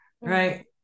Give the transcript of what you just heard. right